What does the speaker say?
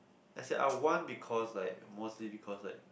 as in I want because like mostly because like